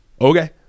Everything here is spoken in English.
okay